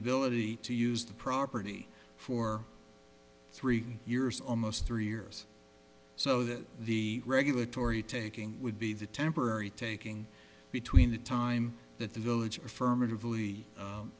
ability to use the property for three years almost three years so that the regulatory taking would be the temporary taking between the time that the village affirmative